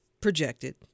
projected